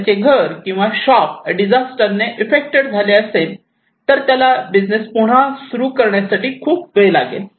त्याचे घर किंवा शॉप डिझास्टर ने इफेक्टेड झाले तर त्याला बिझनेस पुन्हा सुरू करण्यासाठी खूप वेळ लागेल